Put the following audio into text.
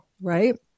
right